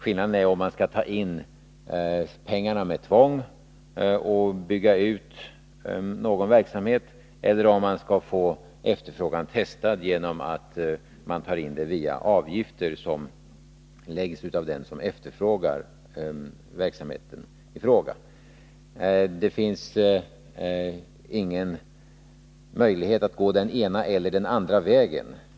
Frågan är om man skall ta in pengarna med tvång och bygga ut någon verksamhet eller om man skall testa efterfrågan genom att ta ut avgifter som betalas av dem som efterfrågar verksamheten i fråga. Det finns ingen möjlighet att gå enbart den ena eller den andra vägen.